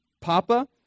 Papa